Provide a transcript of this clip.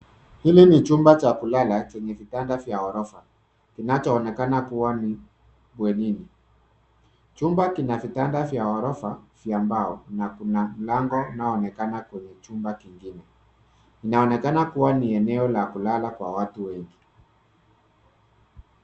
Hili ni chumba cha kulala chenye vitanda vya ghorofa. Kinacho onekana kuwa ni bwenini. Chumba kina vitanda vya ghorofa vya mbao na Kuna mlango unao onekana kwenye chumba kingine. Inaonekana kuwa ni eneo la kulala kwa watu wengi.